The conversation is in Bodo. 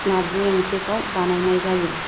नार्जि ओंख्रिखौ बानायनाय जायो